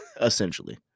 essentially